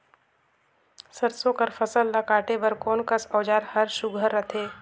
सरसो कर फसल ला काटे बर कोन कस औजार हर सुघ्घर रथे?